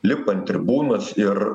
lipa ant tribūnos ir